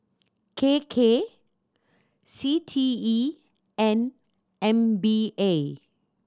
K K C T E and M P A